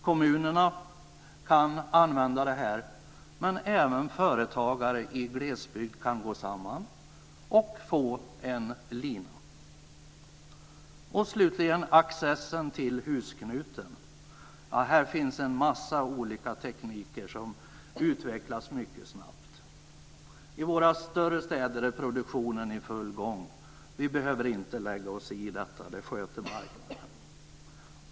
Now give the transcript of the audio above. Kommunerna kan använda detta, men även företagare i glesbygd kan gå samman och få en lina. Slutligen gäller det accessen till husknuten. Här finns en mängd olika tekniker som utvecklas mycket snabbt. I våra större städer är produktionen i full gång. Vi behöver inte lägga oss i detta. Det sköter marknaden.